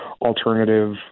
alternative